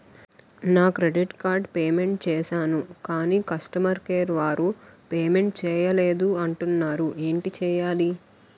నా credit card payment చేసాను కాని కస్టమర్ కేర్ వారు పే చేయలేదు అంటున్నారు ఏంటి చేయాలి?